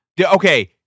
Okay